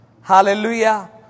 Hallelujah